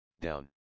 down